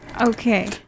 Okay